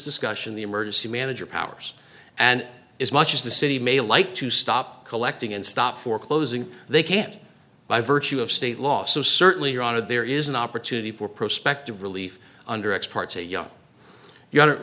discussion the emergency manager powers and as much as the city may like to stop collecting and stop foreclosing they can't by virtue of state law so certainly you're out of there is an opportunity for prospective relief under ex parte you know you are